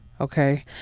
Okay